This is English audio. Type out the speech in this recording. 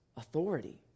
authority